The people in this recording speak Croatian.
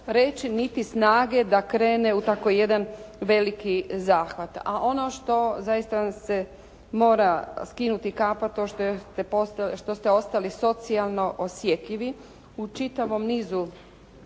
niti snage da krene u tako jedan veliki zahvat. A ono što zaista vam se mora skinuti kapa, to što je, što ste ostali socijalno osjetljivi u čitavom nizu